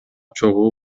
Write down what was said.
чогуу